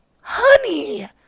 Honey